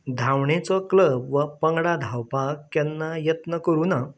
धांवणेचो club वा पंगडांत धांवपाक केन्ना यत्न करुना